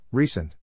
Recent